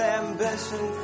ambition